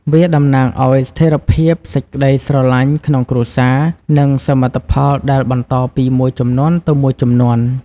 វាតំណាងឱ្យស្ថេរភាព សេចក្ដីស្រឡាញ់ក្នុងគ្រួសារ និងសមិទ្ធផលដែលបន្តពីមួយជំនាន់ទៅមួយជំនាន់។